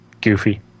goofy